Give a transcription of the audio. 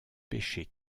péchés